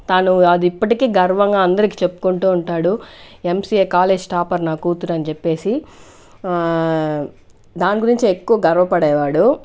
తను అది ఇప్పటికీ గర్వంగా అందరికీ చెప్పుకుంటూ ఉంటాడు ఎంసీఏ కాలేజ్ టాపర్ నా కూతురు అని చెప్పేసి దాని గురించే ఎక్కువ గర్వపడేవాడు